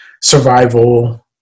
survival